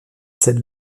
celle